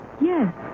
Yes